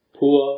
poor